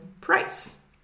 price